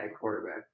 quarterback